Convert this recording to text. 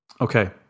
Okay